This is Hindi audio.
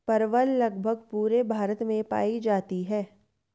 परवल लगभग पूरे भारत में पाई जाती है